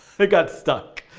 it got stuck.